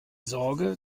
sorge